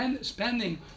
spending